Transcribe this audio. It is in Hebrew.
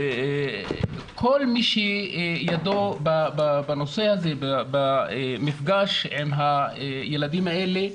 כל מי שידו בנושא הזה, במפגש עם הילדים האלה,